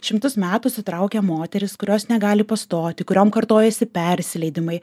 šimtus metų sutraukia moteris kurios negali pastoti kuriom kartojasi persileidimai